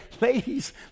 ladies